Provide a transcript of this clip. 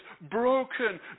broken